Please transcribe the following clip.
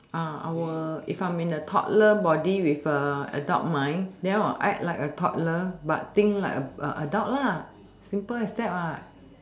I will if I'm in the toddler body with a adult mind then I will act like a toddler but think like a a adult lah simple as that what